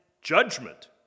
judgment